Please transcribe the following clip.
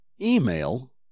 Email